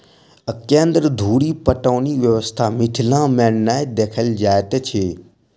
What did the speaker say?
केन्द्र धुरि पटौनी व्यवस्था मिथिला मे नै देखल जाइत अछि